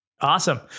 Awesome